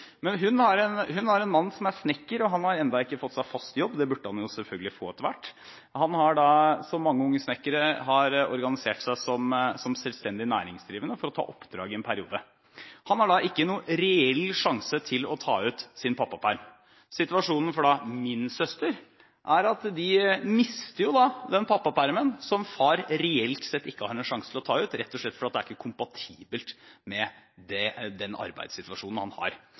mann som er snekker som ennå ikke har fått seg fast jobb. Det burde han jo selvfølgelig få etter hvert. Han har, som mange unge snekkere, organisert seg som selvstendig næringsdrivende for å ta oppdrag i en periode. Han har ikke noen reell sjanse til å ta ut sin pappaperm. Situasjonen for min søster er da at de mister den pappapermen som far reelt sett ikke har en sjanse til å ta ut, rett og slett fordi det ikke er kompatibelt med den arbeidssituasjonen han har.